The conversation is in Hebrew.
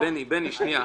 בני שנייה,